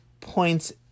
points